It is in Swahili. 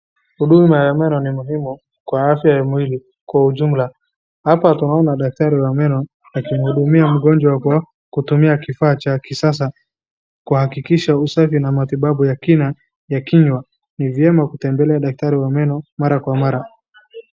Huduma ya meno ni muhimu kwa afya ya mwili kwa ujumla. Hapa tunaona daktari anahudumia mgonjwa kwa kutumia kifaa cha kisasa kuhakikisha usafi na matibabu ya kina ya kinywa. Ni vyema kutembelea daktari wa meno mara kwa mara.